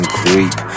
creep